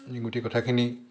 এই গোটেই কথাখিনি